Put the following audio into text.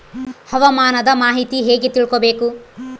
ಹವಾಮಾನದ ಮಾಹಿತಿ ಹೇಗೆ ತಿಳಕೊಬೇಕು?